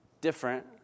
different